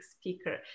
speaker